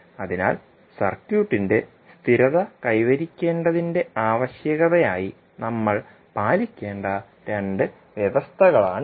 അതിനാൽ സർക്യൂട്ടിന്റെ സ്ഥിരത കൈവരിക്കേണ്ടതിന്റെ ആവശ്യകതയായി നമ്മൾ പാലിക്കേണ്ട രണ്ട് വ്യവസ്ഥകളാണിത്